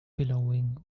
billowing